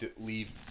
leave